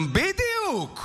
בדיוק.